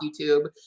YouTube